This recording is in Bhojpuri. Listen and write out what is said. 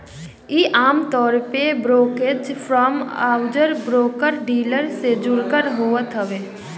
इ आमतौर पे ब्रोकरेज फर्म अउरी ब्रोकर डीलर से जुड़ल होत हवे